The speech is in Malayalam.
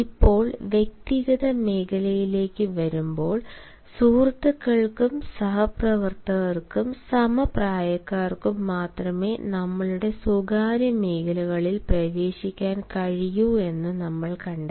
ഇപ്പോൾ വ്യക്തിഗത മേഖലയിലേക്ക് വരുമ്പോൾ സുഹൃത്തുക്കൾക്കും സഹപ്രവർത്തകർക്കും സമപ്രായക്കാർക്കും മാത്രമേ നമ്മളുടെ സ്വകാര്യ മേഖലകളിൽ പ്രവേശിക്കാൻ കഴിയൂ എന്ന് നമ്മൾ കണ്ടെത്തി